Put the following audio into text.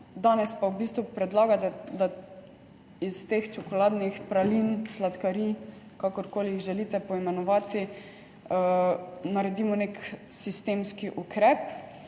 v bistvu predlagate, da iz teh čokoladnih pralin, sladkarij, kakorkoli jih želite poimenovati, naredimo nek sistemski ukrep